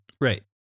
Right